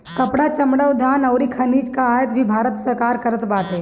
कपड़ा, चमड़ा, खाद्यान अउरी खनिज कअ आयात भी भारत करत बाटे